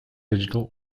digital